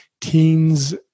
teens